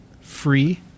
free